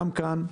גם כאן,